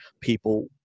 people